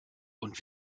und